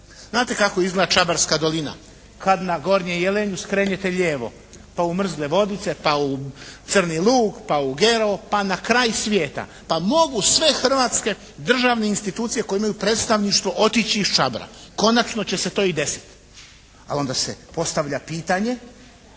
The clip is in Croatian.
Znate kako izgleda Čabarska dolina. Kad na Gornjem jelenju skrenete lijevo, pa u Mrzle vodice pa u Crni lug, pa u Gerovo pa na kraj svijeta. Pa mogu sve hrvatske državne institucije koje imaju predstavništvo otići iz Čabra. Konačno će se to i desit. Ali onda se postavlja pitanje,